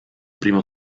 primo